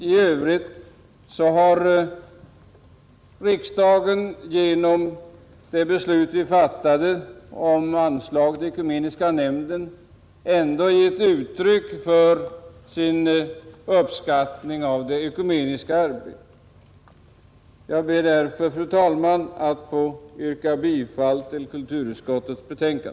I övrigt har riksdagen genom det beslut som vi fattade om anslag till Svenska ekumeniska nämnden ändå givit uttryck för sin uppskattning av det ekumeniska arbetet. Jag ber därför, fru talman, att få yrka bifall till kulturutskottets hemställan.